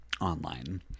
Online